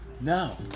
No